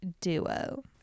duo